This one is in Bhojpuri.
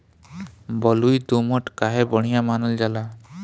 बलुई दोमट काहे बढ़िया मानल जाला?